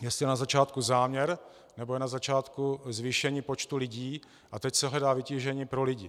Jestli je na začátku záměr, nebo je na začátku zvýšení počtu lidí a teď se hledá vytížení pro lidi.